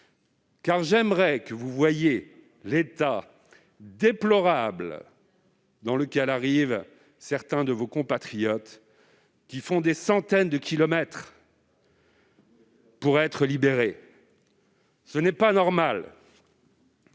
car j'aimerais que vous voyiez l'état déplorable dans lequel arrivent certains de vos compatriotes qui font des centaines de kilomètres pour être libérés. Ce n'est pas normal